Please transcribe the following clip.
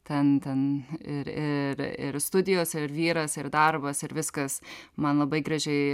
ten ten ir ir ir studijos ir vyras ir darbas ir viskas man labai gražiai